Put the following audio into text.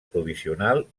provisional